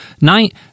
night